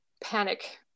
panic